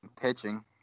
pitching